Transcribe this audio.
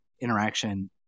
interaction